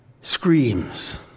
screams